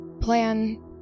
plan